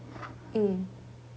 mm